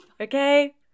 Okay